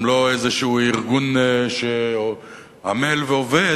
הם לא איזה ארגון שעמל ועובד.